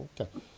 okay